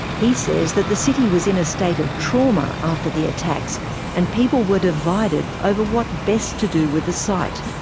he says that the city was in a state of trauma after the attacks and people were divided over what best to do with the site.